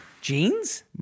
jeans